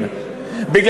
עניין הנשים?